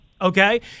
okay